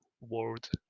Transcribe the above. world